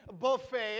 buffet